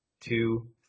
two